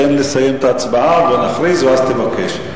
תן לי לסיים את ההצבעה, נכריז ואז נבקש.